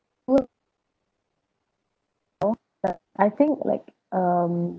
but I think like um